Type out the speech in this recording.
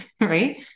right